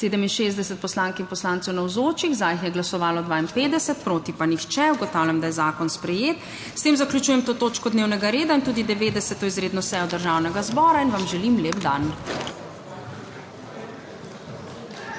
67 poslank in poslancev navzočih, za jih je glasovalo 52, proti pa nihče. (Za je glasovalo 52.) (Proti nihče.) Ugotavljam, da je zakon sprejet. S tem zaključujem to točko dnevnega reda in tudi 90. izredno sejo Državnega zbora in vam želim lep dan.